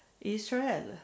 Israel